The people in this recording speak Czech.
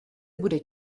bude